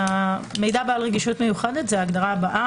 "מידע בעל רגישות מיוחדת" זו ההגדרה הבאה.